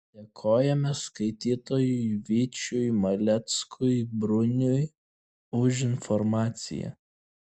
dėkojame skaitytojui vyčiui maleckui bruniui už informaciją